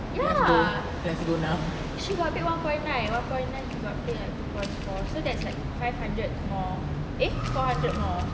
ya she got paid one point nine he got paid like two point four so that's like five hundred more eh four hundred more